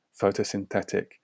photosynthetic